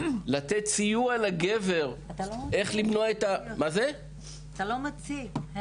לתת סיוע לגבר איך למנוע --- עאידה תומא סלימאן (יו"ר הוועדה לקידום